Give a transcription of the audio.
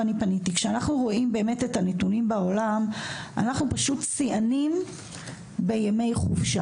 כשאנחנו רואים את הנתונים בעולם אנחנו פשוט שיאנים בימי חופשה,